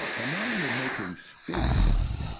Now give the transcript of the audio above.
ah and not only making statements,